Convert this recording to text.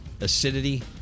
acidity